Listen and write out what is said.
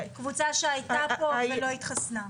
קבוצה שהייתה פה ולא התחסנה.